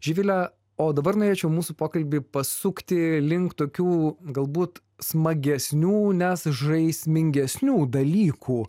živile o dabar norėčiau mūsų pokalbį pasukti link tokių galbūt smagesnių nes žaismingesnių dalykų